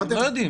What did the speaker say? הם לא יודעים.